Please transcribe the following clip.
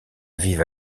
vive